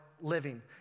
living